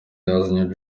yasanze